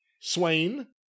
Swain